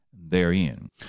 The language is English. Therein